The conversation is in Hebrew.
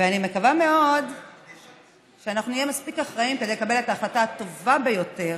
אני מקווה מאוד שאנחנו נהיה מספיק אחראיים לקבל את ההחלטה הטובה ביותר